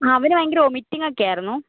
ആഹ് അവന് ഭയങ്കര വൊമിറ്റിങ്ങൊക്കെ ആയിരുന്നു